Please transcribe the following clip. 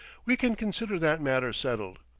we can consider that matter settled.